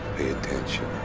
pay attention.